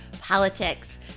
politics